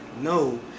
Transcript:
No